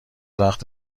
وقت